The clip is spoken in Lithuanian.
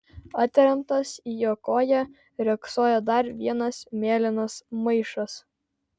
atremtas į jo koją riogsojo dar vienas mėlynas maišas